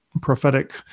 prophetic